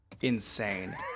insane